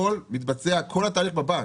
כל התהליך מתבצע בבנק.